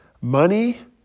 money